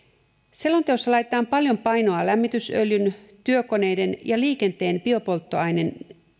selonteossa laitetaan paljon painoa lämmitysöljyn työkoneiden ja liikenteen biopolttoaineiden